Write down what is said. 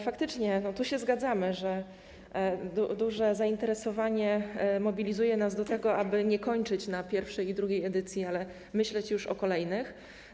Faktycznie, tu się zgadzamy, że duże zainteresowanie mobilizuje nas do tego, aby nie kończyć na pierwszej i drugiej edycji, ale myśleć już o kolejnych.